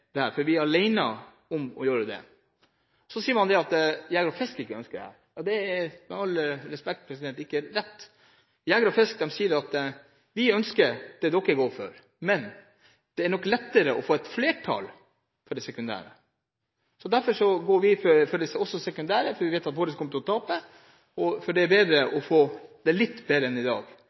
all respekt – ikke rett. Norges Jeger- og Fiskerforbund sier at de ønsker det vi går inn for, men det er nok lettere å få flertall for det sekundære forslaget. Derfor går vi for det sekundære. Vi vet at vårt primære forslag kommer til å bli nedstemt – og det er bedre å få det litt bedre enn sånn det er i dag.